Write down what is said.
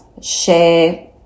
share